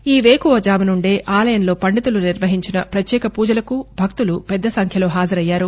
ఈ వేకువజాము నుండే ఆలయంలో పండితులు నిర్వహించిన పత్యేక పూజలకు భక్తులు పెద్ద సంఖ్యలో హాజరయ్యారు